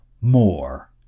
more